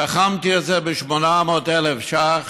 תחמתי את זה ב-800,000 שקל,